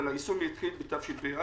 אבל היישום יתחיל בתשפ"א,